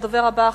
הדובר הבא,